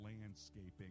Landscaping